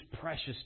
precious